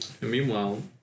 meanwhile